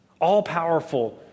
All-powerful